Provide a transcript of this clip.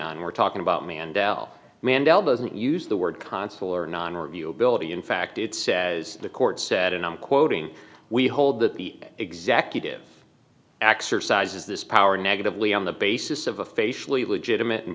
on we're talking about mandela mandela doesn't use the word consular non or view ability in fact it says the court said and i'm quoting we hold that the executive exercises this power negatively on the basis of a facially of legitimate and